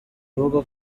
avuga